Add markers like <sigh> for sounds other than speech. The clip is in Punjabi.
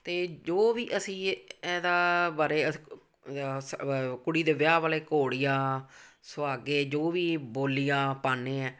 ਅਤੇ ਜੋ ਵੀ ਅਸੀਂ ਇ ਇਹਦਾ ਬਾਰੇ <unintelligible> ਕੁੜੀ ਦੇ ਵਿਆਹ ਵਾਲੇ ਘੋੜੀਆਂ ਸੁਹਾਗੇ ਜੋ ਵੀ ਬੋਲੀਆਂ ਪਾਂਨੇ ਹਾਂ